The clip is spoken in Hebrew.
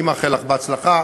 אני מאחל לך בהצלחה,